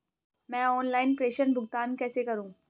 मैं ऑनलाइन प्रेषण भुगतान कैसे करूँ?